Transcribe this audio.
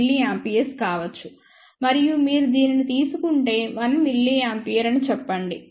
మరియు మీరు దీనిని తీసుకుంటే 1 mA అని చెప్పండి